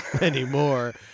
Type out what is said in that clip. Anymore